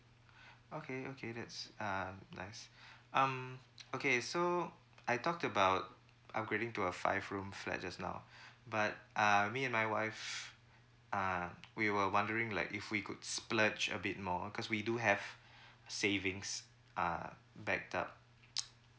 okay okay that's uh nice um okay so I talk about upgrading to a five room flat just now but uh me and my wife uh we were wondering like if we could splurge a bit more cause we do have savings uh backed up